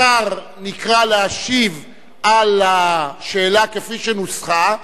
השר נקרא להשיב על השאלה כפי שנוסחה,